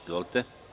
Izvolite.